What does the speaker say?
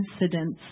incidents